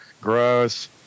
gross